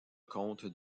contes